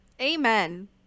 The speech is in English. Amen